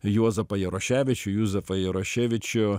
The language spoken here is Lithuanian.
juozapą jaroševičių juzefą jarošėvičių